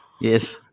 Yes